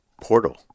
portal